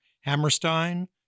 Hammerstein